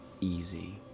easy